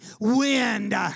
wind